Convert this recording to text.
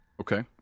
Okay